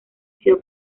sido